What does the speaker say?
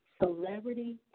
Celebrity